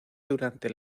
durante